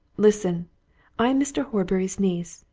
listen i am mr. horbury's niece,